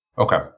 Okay